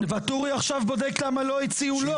ואטורי עכשיו בודק למה לא הציעו לו.